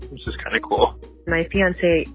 which is kind of cool my fiance,